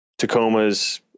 tacomas